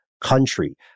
country